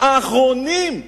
האחרונים,